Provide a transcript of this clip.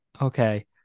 Okay